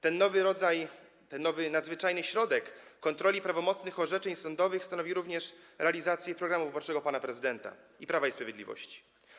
Ten nowy rodzaj, ten nowy nadzwyczajny środek kontroli prawomocnych orzeczeń sądowych stanowi również realizację programu wyborczego pana prezydenta i Prawa i Sprawiedliwości.